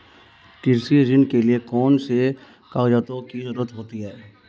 कृषि ऋण के लिऐ कौन से कागजातों की जरूरत होती है?